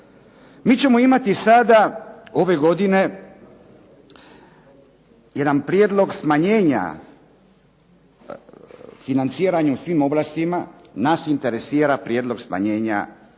MI ćemo imati sada ove godine, jedan prijedlog smanjenja financiranja u svim oblastima, nas interesira prijedlog smanjenje za asocijacije